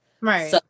Right